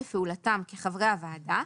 בפעולתם כחברי הוועדה,